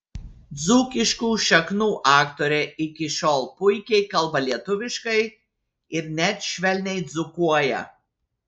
dzūkiškų šaknų aktorė iki šiol puikiai kalba lietuviškai ir net švelniai dzūkuoja